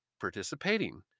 participating